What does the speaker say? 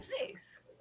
Nice